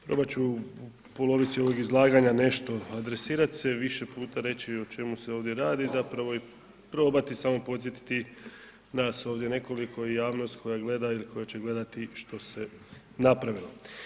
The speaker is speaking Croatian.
Probat ću u polovici ovog izlaganja nešto adresirat se, više šuta reći o čemu se ovdje radi zapravo i probati samo podsjetiti nas ovdje nekoliko i javnost koja gleda i koja će gledati što se napravilo.